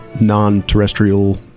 non-terrestrial